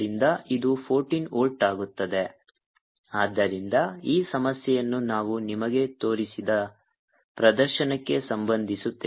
V220 614 V ಆದ್ದರಿಂದ ಈ ಸಮಸ್ಯೆಯನ್ನು ನಾವು ನಿಮಗೆ ತೋರಿಸಿದ ಪ್ರದರ್ಶನಕ್ಕೆ ಸಂಬಂಧಿಸುತ್ತೇನೆ